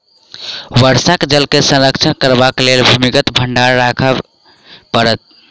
वर्षाक जल के संरक्षण करबाक लेल भूमिगत भंडार राखय पड़त